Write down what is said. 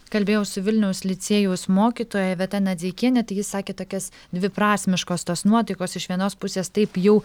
kalbėjau su vilniaus licėjaus mokytoja iveta nadzeikiene tai ji sakė tokias dviprasmiškos tos nuotaikos iš vienos pusės taip jau